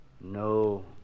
No